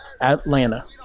Atlanta